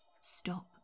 stop